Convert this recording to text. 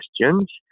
questions